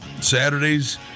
Saturdays